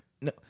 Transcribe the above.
No